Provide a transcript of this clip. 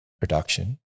production